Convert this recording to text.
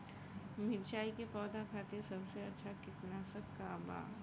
मिरचाई के पौधा खातिर सबसे अच्छा कीटनाशक का बा?